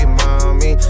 mommy